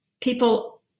people